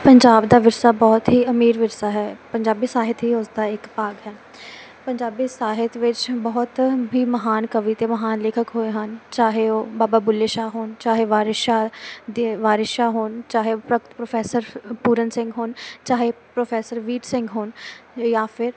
ਪੰਜਾਬ ਦਾ ਵਿਰਸਾ ਬਹੁਤ ਹੀ ਅਮੀਰ ਵਿਰਸਾ ਹੈ ਪੰਜਾਬੀ ਸਾਹਿਤ ਹੀ ਉਸਦਾ ਇੱਕ ਭਾਗ ਹੈ ਪੰਜਾਬੀ ਸਾਹਿਤ ਵਿੱਚ ਬਹੁਤ ਵੀ ਮਹਾਨ ਕਵੀ ਅਤੇ ਮਹਾਨ ਲੇਖਕ ਹੋਏ ਹਨ ਚਾਹੇ ਉਹ ਬਾਬਾ ਬੁੱਲੇ ਸ਼ਾਹ ਹੋਣ ਚਾਹੇ ਵਾਰਿਸ਼ ਸ਼ਾਹ ਦੇ ਵਾਰਿਸ਼ ਸ਼ਾਹ ਹੋਣ ਚਾਹੇ ਉਹ ਪ੍ਰ ਪ੍ਰੋਫੈਸਰ ਪੂਰਨ ਸਿੰਘ ਹੋਣ ਚਾਹੇ ਪ੍ਰੋਫੈਸਰ ਵੀਰ ਸਿੰਘ ਹੋਣ ਜਾਂ ਫਿਰ